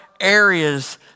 areas